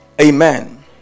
amen